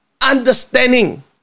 understanding